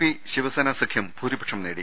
P Shiv Sena സഖ്യം ഭൂരിപക്ഷം നേടി